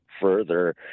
further